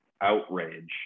outrage